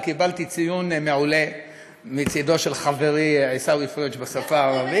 וקיבלתי ציון מעולה מצד חברי עיסאווי פריג' בשפה הערבית.